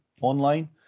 online